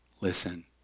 Listen